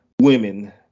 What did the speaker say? women